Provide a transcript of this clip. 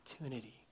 opportunity